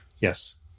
Yes